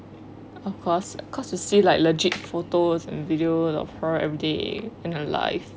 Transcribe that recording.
of course cause you see like legit photos and videos of her everyday in her life